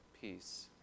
peace